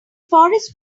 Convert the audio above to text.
forest